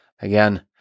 Again